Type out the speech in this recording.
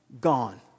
gone